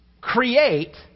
create